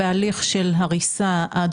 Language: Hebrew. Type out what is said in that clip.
בהליך של הריסה מגבילים עד